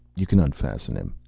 you can unfasten him.